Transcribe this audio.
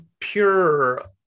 pure